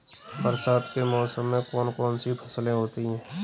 बरसात के मौसम में कौन कौन सी फसलें होती हैं?